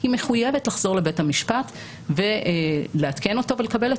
היא מחויבת תחזור לבית המשפט ולעדכן אותו ולקבל את